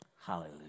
Hallelujah